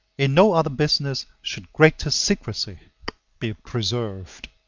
in no other business should greater secrecy be preserved.